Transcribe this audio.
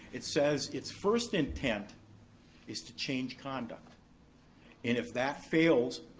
it says its first intent is to change conduct. and if that fails,